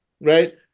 right